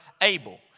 Abel